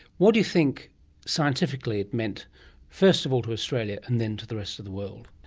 what do you think scientifically it meant first of all to australia and then to the rest of the world?